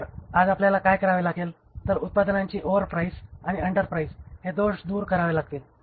तर आज आपल्याला काय करावे लागेल तर उत्पादनांची ओव्हरप्राईस आणि अंडरप्राईस हे दोष दूर करावे लागतील